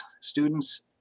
students